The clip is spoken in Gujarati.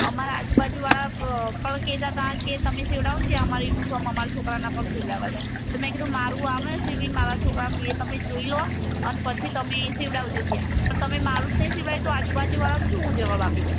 અમારા આજુબાજુવાળા પણ કહેતાં હતાં કે તમે સિવડાવો ને ત્યાં અમારા યુનિફોર્મ અમારા છોકરાઓના પણ સિવડાવવાં છે મેં કહ્યું મારું આવે મારા છોકરાનું એ તમે જોઈ લો અને પછી તમે એ સિવડાવજો ત્યાં અને તમે મારુ જ નહીં સીવડાવ્યું તો આજુબાજુવાળાને હું શું જવાબ આપીશ